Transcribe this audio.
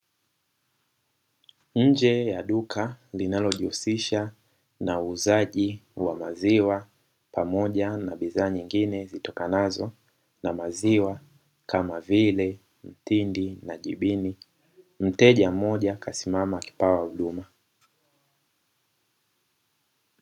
Nje ya duka linalojihusisha na uuzaji wa maziwa pamoja na bidhaa nyingine zitokanazo na maziwa kama vile mtindi na jibini. Mteja mmoja amesimama akipewa huduma.